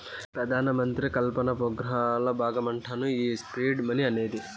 పెదానమంత్రి ఉపాధి కల్పన పోగ్రాంల బాగమంటమ్మను ఈ సీడ్ మనీ అనేది